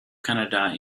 canada